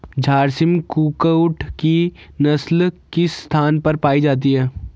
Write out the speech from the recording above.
झारसिम कुक्कुट की नस्ल किस स्थान पर पाई जाती है?